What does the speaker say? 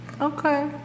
Okay